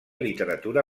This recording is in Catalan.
literatura